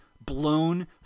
blown